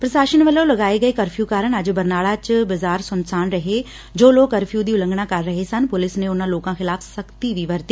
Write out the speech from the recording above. ਪ੍ਸ਼ਾਸਨ ਵੱਲੋਂ ਲਗਾਏ ਗਏ ਕਰਫਿਊ ਕਾਰਨ ਅੱਜ ਬਰਨਾਲਾ ਚ ਬਾਜ਼ਾਰ ਸੁੰਨਸਾਨ ਰਹੇ ਜੋ ਲੌਕ ਕਰਫਿਊ ਦੀ ਉਲੰਘਣਾ ਕਰ ਰਹੇ ਸਨ ਪੁਲਿਸ ਨੇ ਉਨ੍ਹਾਂ ਲੋਕਾਂ ਖਿਲਾਫ਼ ਸਖ਼ਤੀ ਵੀ ਵਰਤੀ